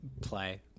play